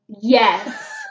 Yes